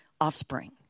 offspring